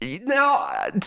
now